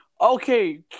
okay